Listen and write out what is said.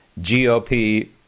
GOP